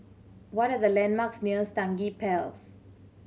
what are the landmarks near Stangee